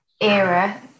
era